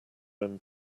when